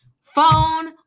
phone